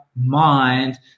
mind